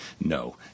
No